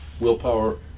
Willpower